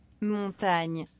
Montagne